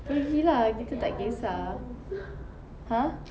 pergi lah kita tak kesah !huh!